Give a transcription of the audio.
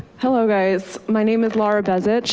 hello guys, my name is laura bezich.